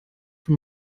von